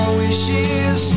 wishes